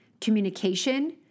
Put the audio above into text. communication